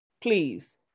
Please